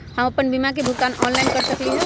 हम अपन बीमा के भुगतान ऑनलाइन कर सकली ह?